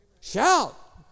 Shout